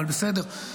אבל בסדר,